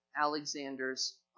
Alexander's